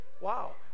wow